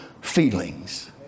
feelings